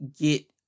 get